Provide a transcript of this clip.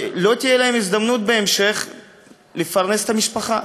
לא תהיה להם הזדמנות בהמשך לפרנס את המשפחה.